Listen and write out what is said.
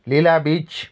Lila beach